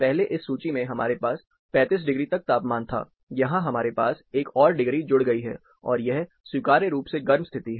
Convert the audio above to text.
पहले इस सूची में हमारे पास 35 डिग्री तक तापमान था यहां हमारे पास एक और डिग्री जुड़ गई है और यह स्वीकार्य रूप से गर्म स्थिति है